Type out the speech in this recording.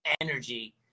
energy